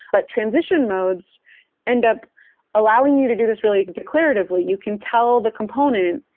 but transition modes end up allowing you to do this really declaratively, you can tell the component,